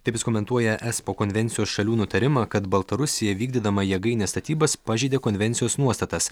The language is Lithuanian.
taip jis komentuoja espo konvencijos šalių nutarimą kad baltarusija vykdydama jėgainės statybas pažeidė konvencijos nuostatas